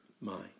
mind